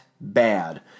bad